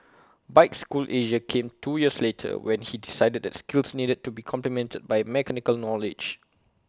bike school Asia came two years later when he decided that skills needed to be complemented by mechanical knowledge